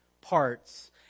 parts